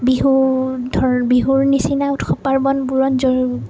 বিহুৰ ধৰ বিহুৰ নিচিনা উৎসৱ পাৰ্বণবোৰত জৰু